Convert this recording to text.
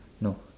no